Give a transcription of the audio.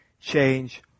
change